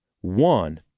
one